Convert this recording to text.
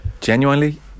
Genuinely